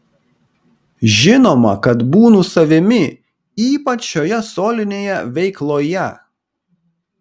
žinoma kad būnu savimi ypač šioje solinėje veikloje